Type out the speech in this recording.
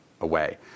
away